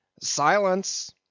Silence